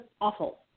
awful